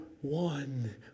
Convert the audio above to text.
one